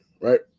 right